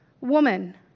Woman